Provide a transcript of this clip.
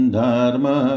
dharma